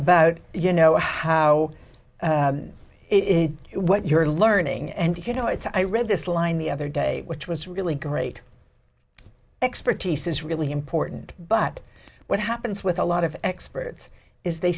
about you know how it what you're learning and you know it's i read this line the other day which was really great expertise is really important but what happens with a lot of experts is they